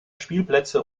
spielplätze